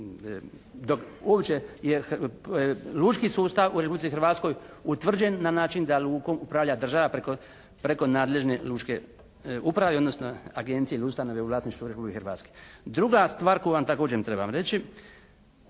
dok uopće je lučki sustav u Republici Hrvatskoj na način da lukom upravlja država preko nadležne lučke uprave odnosno agencije ili ustanove u vlasništvu Republike Hrvatske. Druga stvar koju vam također trebam reći